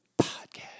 Podcast